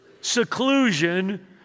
seclusion